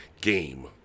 game